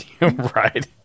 Right